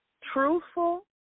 truthful